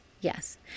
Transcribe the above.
yes